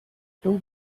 two